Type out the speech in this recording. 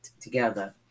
together